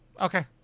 Okay